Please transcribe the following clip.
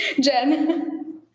Jen